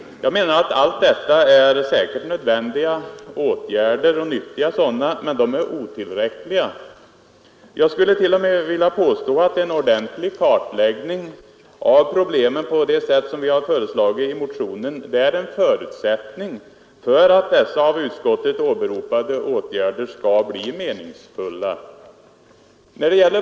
Allt detta är säkerligen nyttiga och nödvändiga åtgärder, men de är otillräckliga. Jag skulle t.o.m. vilja påstå att en ordentlig kartläggning av problemen på det sätt som vi föreslagit i motionen är en förutsättning för att dessa av utskottet åberopade åtgärder skall bli meningsfulla.